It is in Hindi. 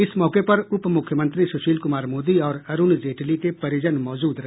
इस मौके पर उप मुख्यमंत्री सुशील कुमार मोदी और अरुण जेटली के परिजन मौजूद रहेंगे